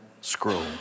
scroll